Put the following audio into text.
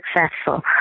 successful